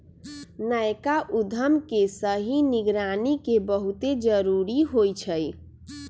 नयका उद्यम के सही निगरानी के बहुते जरूरी होइ छइ